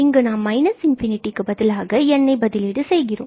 இங்கு நாம் ∞க்கு பதிலாக nஐ பதிலீடு செய்கிறோம்